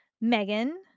Megan